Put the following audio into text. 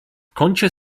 kącie